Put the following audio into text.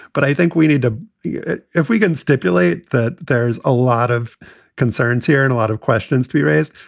but i think we need to if we can stipulate that there's a lot of concerns here and a lot of questions to be raised.